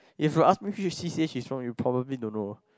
you have to ask me where is she stay she strong you probably don't know lah